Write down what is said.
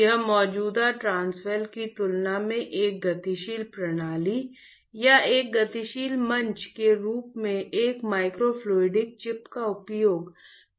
यह मौजूदा ट्रांसवेल की तुलना में एक गतिशील प्रणाली या एक गतिशील मंच के रूप में एक माइक्रोफ्लूडिक चिप का उपयोग करने का एक विचार है